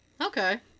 Okay